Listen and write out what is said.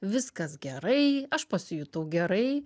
viskas gerai aš pasijutau gerai